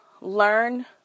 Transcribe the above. learn